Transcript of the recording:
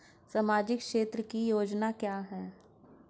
सामाजिक क्षेत्र की योजना क्या है?